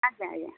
ଆଜ୍ଞା ଆଜ୍ଞା